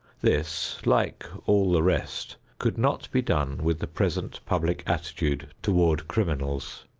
this like all the rest could not be done with the present public attitude toward criminals.